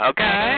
Okay